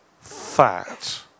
fat